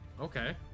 Okay